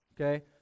okay